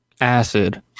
acid